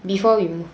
before you move